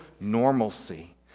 normalcy